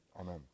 amen